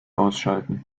ausschalten